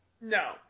No